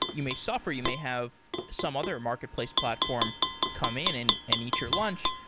you may suffer. you may have some other marketplace platform come in in and eat your lunch.